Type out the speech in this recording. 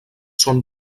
són